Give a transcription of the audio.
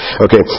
Okay